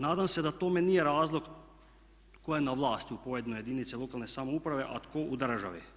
Nadam se da tome nije razlog tko je na vlasti u pojedinoj jedinici lokalne samouprave a tko u državi.